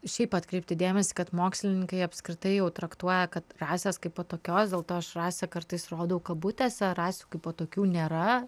šiaip atkreipti dėmesį kad mokslininkai apskritai jau traktuoja kad rasės kaipo tokios dėl to aš rasė kartais rodau kabutėse rasių kaipo tokių nėra